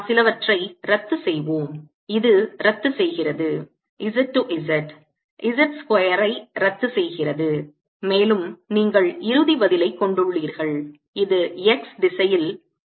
நாம் சிலவற்றை ரத்துசெய்வோம் இது ரத்துசெய்கிறது z z z ஸ்கொயர் ஐ ரத்துசெய்கிறது மேலும் நீங்கள் இறுதி பதிலைக் கொண்டுள்ளீர்கள் இது x திசையில் mu 0 k ஓவர் 2 ஆகும்